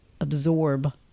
absorb